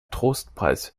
trostpreis